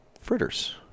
fritters